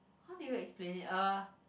how do you explain it uh